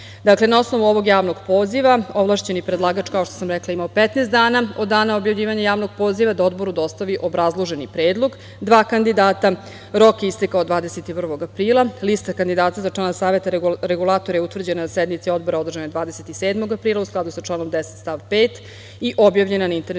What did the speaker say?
na osnovu ovog javnog poziva, ovlašćeni predlagač, kao što sam rekla, imao je 15 dana od dana objavljivanja Javnog poziva da Odboru dostavi obrazloženi predlog dva kandidata. Rok je istekao 21. aprila. Lista kandidata za člana Saveta Regulatora je utvrđena na sednici Odbora održanoj 27. aprila, u skladu sa članom 10. stav 5. i objavljena na internet